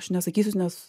aš nesakysiu nes